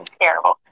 Terrible